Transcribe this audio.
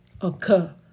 occur